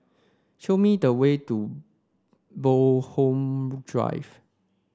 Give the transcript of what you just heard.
show me the way to Bloxhome Drive